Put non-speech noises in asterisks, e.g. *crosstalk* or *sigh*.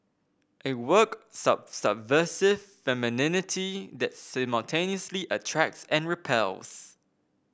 a work *unintelligible* subversive femininity that simultaneously attracts and repels